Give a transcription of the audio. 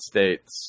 States